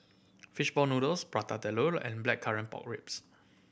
fish ball noodles Prata Telur and Blackcurrant Pork Ribs